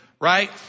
right